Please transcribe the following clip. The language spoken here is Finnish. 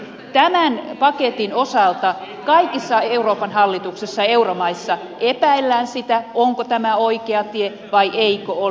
tämän paketin osalta kaikissa euroopan hallituksissa euromaissa epäillään sitä onko tämä oikea tie vai eikö ole